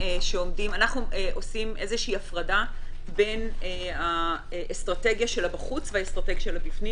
אנחנו עושים הפרדה בין האסטרטגיה של הבחוץ והאסטרטגיה של הבפנים.